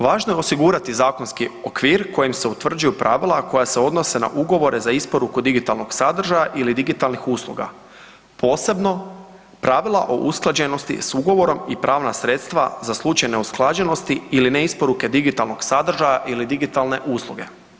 Važno je osigurati zakonski okvir kojim se utvrđuju pravila, a koja se odnose na ugovore za isporuku digitalnog sadržaja ili digitalnih usluga, posebno pravila o usklađenosti s ugovorom i pravna sredstva za slučaj neusklađenosti ili ne isporuke digitalnog sadržaja ili digitalne usluge.